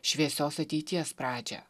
šviesios ateities pradžią